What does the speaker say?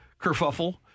kerfuffle